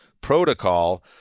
protocol